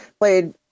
played